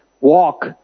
walk